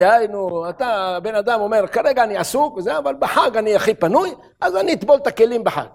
דהיינו, אתה... הבן אדם אומר, כרגע אני עסוק וזה, אבל בחג אני הכי פנוי, אז אני אטבול את הכלים בחג.